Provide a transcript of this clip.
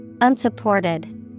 Unsupported